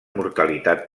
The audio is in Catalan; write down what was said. mortalitat